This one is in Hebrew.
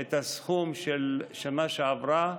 את הסכום של השנה שעברה,